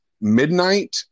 midnight